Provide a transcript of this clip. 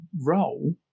role